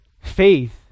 faith